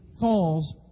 falls